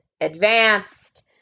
advanced